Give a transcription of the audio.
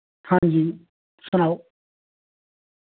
हां जी सनाओ